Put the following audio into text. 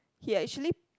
he actually